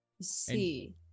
see